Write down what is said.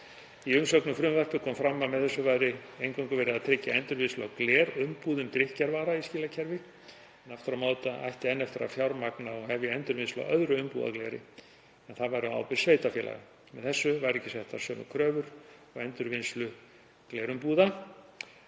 Í umsögn um frumvarpið kom fram að með þessu væri eingöngu verið að tryggja endurvinnslu á glerumbúðum drykkjarvara í skilakerfi. Aftur á móti ætti enn eftir að fjármagna og hefja endurvinnslu á öðru umbúðagleri, en það væri á ábyrgð sveitarfélaga. Með þessu væru ekki settar sömu kröfur á endurvinnslu glerumbúða.